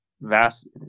vast